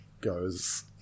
goes